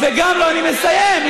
אני מסיים.